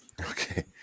Okay